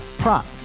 prop